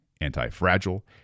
anti-fragile